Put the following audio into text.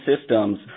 systems